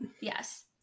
Yes